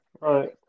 Right